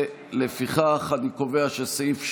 ולפיכך אני קובע שסעיף 7,